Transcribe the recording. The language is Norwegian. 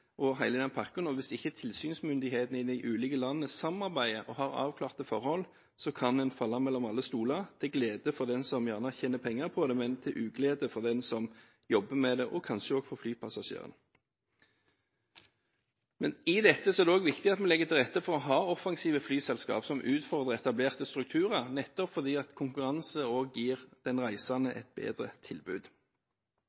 og hele den pakken, og hvis ikke tilsynsmyndighetene i de ulike landene samarbeider og har avklarte forhold, kan en falle mellom alle stoler, til glede for den som gjerne tjener penger på det, men til «uglede» for den som jobber med det, og kanskje også for flypassasjerene. Men i dette er det også viktig at vi legger til rette for å ha offensive flyselskaper som utfordrer etablerte strukturer, nettopp fordi konkurranse også gir den reisende